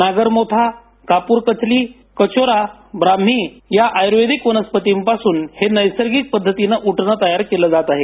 नागरमोथा कपूर कचली कचोरा ब्राम्ही या आयुर्वेदिक वनस्पती पासून हे नैसर्गिक पद्धतीने उटणे तयार केल आहे